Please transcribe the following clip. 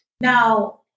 Now